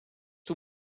toe